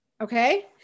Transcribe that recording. Okay